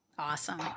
Awesome